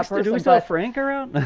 out there doing so. i franker out,